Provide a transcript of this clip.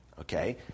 okay